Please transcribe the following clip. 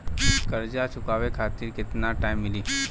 कर्जा चुकावे खातिर केतना टाइम मिली?